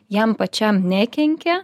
jam pačiam nekenkia